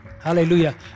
Hallelujah